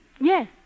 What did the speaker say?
Yes